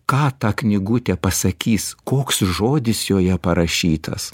ką tą knygutė pasakys koks žodis joje parašytas